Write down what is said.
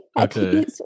Okay